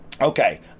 Okay